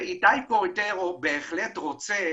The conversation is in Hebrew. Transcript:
איתי קרויטרו בהחלט רוצה